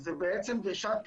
וזה בעצם דרישת